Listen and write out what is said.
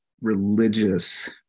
religious